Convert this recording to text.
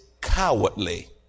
cowardly